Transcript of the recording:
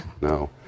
No